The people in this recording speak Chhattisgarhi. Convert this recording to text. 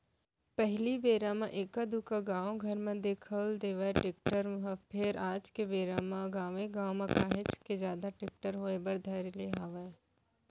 पहिली बेरा म एका दूका गाँव घर म दिखउल देवय टेक्टर ह फेर आज के बेरा म गाँवे गाँव म काहेच जादा टेक्टर होय बर धर ले हवय